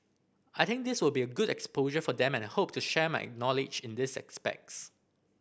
I think this will be good exposure for them and I hope to share my knowledge in these aspects